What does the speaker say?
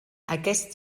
aquest